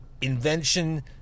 invention